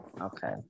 okay